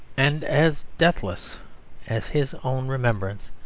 and as deathless as his own remembrance,